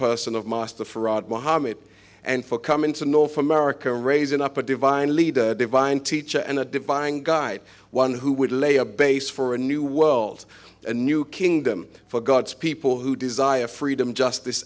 person of moss the fraud mohamed and for coming to north america raising up a divine leader divine teacher and a divine guide one who would lay a base for a new world a new kingdom for god's people who desire freedom justice